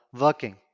working